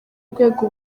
rwego